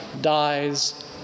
dies